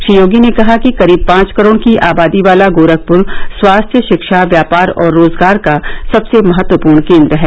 श्री योगी ने कहा कि करीब पांच करोड की आबादी वाला गोरखपुर स्वास्थ्य शिक्षा व्यापार और रोजगार का सबसे महत्वपूर्ण केन्द्र है